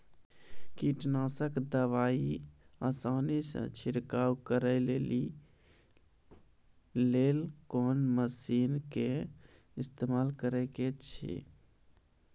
कीटनासक दवाई आसानीसॅ छिड़काव करै लेली लेल कून मसीनऽक इस्तेमाल के सकै छी?